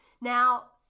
now